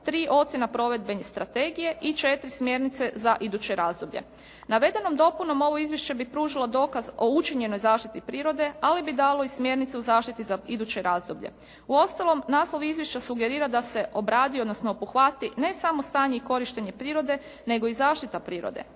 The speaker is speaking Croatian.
3. ocjena provedbene strategije i 4. smjernice za iduće razdoblje. Navedenom dopunom ovo izvješće bi pružilo dokaz o učinjenoj zaštiti prirode ali bi dalo i smjernice u zaštiti za iduće razdoblje. Uostalom naslov izvješća sugerira da se obradi odnosno obuhvati ne samo stanje i korištenje prirode nego i zaštita prirode.